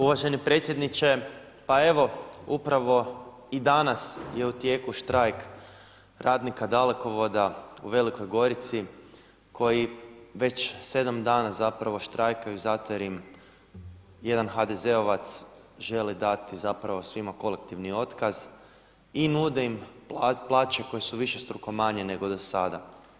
Uvaženi predsjedniče, pa evo upravo i danas je u tijeku štrajk radnika Dalekovoda u Velikoj Gorici koji već 7 dana zapravo štrajkaju zato jer im jedan HDZ-ovac želi dati zapravo svima kolektivni otkaz i nudi im plaće koje su višestruko manje do sada.